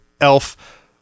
elf